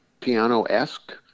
piano-esque